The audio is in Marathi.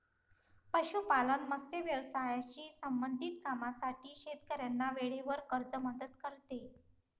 पशुपालन, मत्स्य व्यवसायाशी संबंधित कामांसाठी शेतकऱ्यांना वेळेवर कर्ज मदत करते